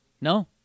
No